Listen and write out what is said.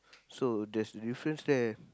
so there's a difference there